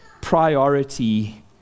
priority